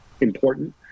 important